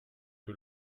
que